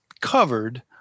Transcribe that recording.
covered